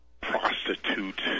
prostitute